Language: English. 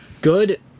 Good